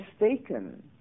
mistaken